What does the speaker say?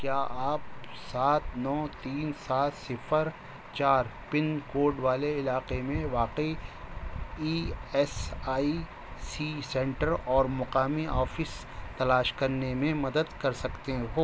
کیا آپ سات نو تین سات صفر چار پن کوڈ والے علاقے میں واقع E S I C centre اور مقامی آفس تلاش کرنے میں مدد کر سکتے ہو